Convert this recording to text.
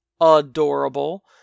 adorable